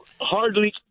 hardly